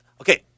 Okay